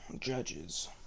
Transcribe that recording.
judges